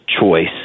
choice